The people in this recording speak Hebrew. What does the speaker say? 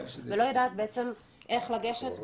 ולא יודעת איך לגשת,